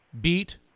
beat